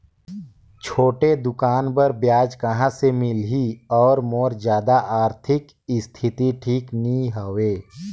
छोटे दुकान बर ब्याज कहा से मिल ही और मोर जादा आरथिक स्थिति ठीक नी हवे?